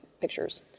pictures